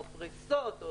או פריסות,